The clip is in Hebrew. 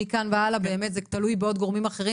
מכאן והלאה זה תלוי בעוד גורמים אחרים.